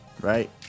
right